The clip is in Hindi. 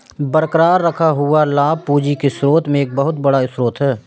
बरकरार रखा हुआ लाभ पूंजी के स्रोत में एक बहुत बड़ा स्रोत है